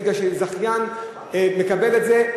כי זכיין מקבל את זה,